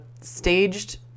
staged